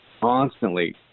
constantly